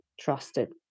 trusted